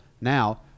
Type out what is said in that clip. Now